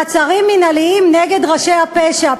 מעצרים מינהליים נגד ראשי ארגוני הפשע.